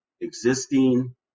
existing